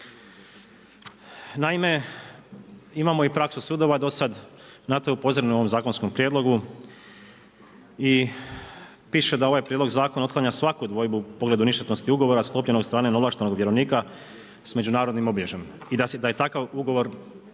Naime, imamo i praksu sudova do sad, na to je upozoreno u ovom zakonskom prijedlogu i piše da ovaj prijedlog zakona otklanja svaku dvojbu u pogledu ništetnosti ugovora sklopljenog od strane neovlaštenog vjerovnika s međunarodnim obilježjem i da je takav ugovor